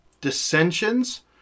Dissensions